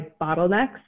bottlenecks